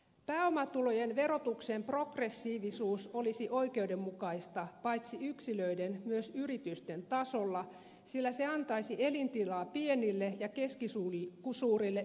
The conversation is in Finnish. pääomatulojen verotuksen progressiivisuus olisi oikeudenmukaista paitsi yksilöiden myös yritysten tasolla sillä se antaisi elintilaa pienille ja keskisuurille yrityksille